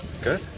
Good